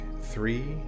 three